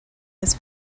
his